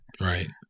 Right